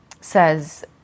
says